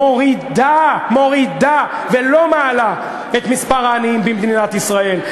מורידה ולא מעלה את מספר העניים במדינת ישראל.